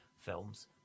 films